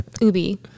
Ubi